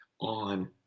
on